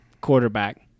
quarterback